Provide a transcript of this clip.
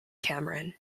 cameron